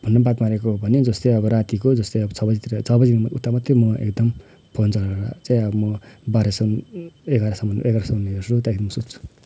फोनमा बात मारेको भने जस्तै अब रातीको जस्तै अब छ बजीतिर छ बजीभन्दा उता मात्रै म एकदम फोन चलाएर चाहिँ अब म बाह्रसम्म एघारसम्म एघारसम्म हेर्छु त्यहाँदेखिन म सुत्छु